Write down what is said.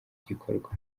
gikorwa